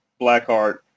Blackheart